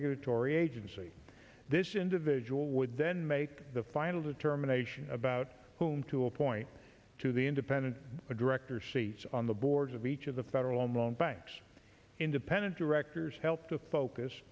regulatory agency this individual would then make the final determination about whom to appoint to the independent director states on the boards of each of the federal loan banks independent directors help to focus